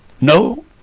no